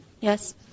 Yes